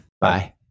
Bye